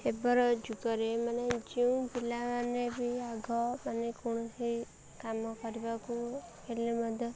ଏବେର ଯୁଗରେ ମାନେ ଯେଉଁ ପିଲାମାନେ ବି ଆଗ ମାନେ କୌଣସି କାମ କରିବାକୁ ହେଲେ ମଧ୍ୟ